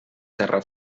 terra